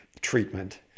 treatment